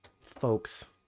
folks